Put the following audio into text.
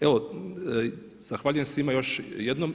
Evo zahvaljujem svima još jednom.